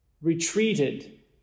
retreated